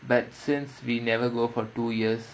but since we never go for two years